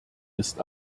ist